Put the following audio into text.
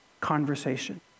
conversation